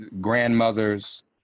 grandmothers